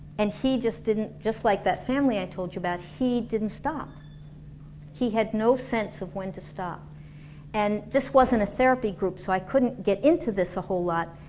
and he just didn't just like that family i told you about he didn't stop he had no sense of when to stop and this wasn't a therapy group so i couldn't get into this a whole lot,